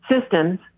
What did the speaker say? systems